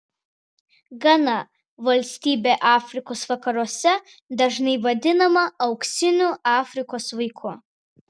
gana valstybė afrikos vakaruose dažnai vadinama auksiniu afrikos vaiku